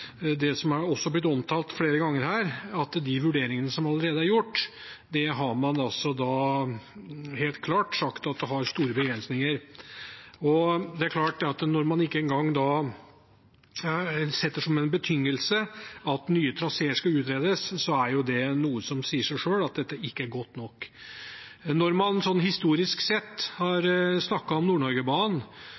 de vurderingene som allerede er gjort, har man helt klart sagt har store begrensninger. Og når man ikke engang setter som betingelse at nye traseer skal utredes, sier det seg selv at dette ikke er godt nok. Når man historisk sett har snakket om